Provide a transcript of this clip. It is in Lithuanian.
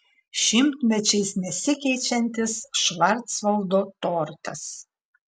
šimtmečiais nesikeičiantis švarcvaldo tortas